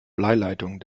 bleileitungen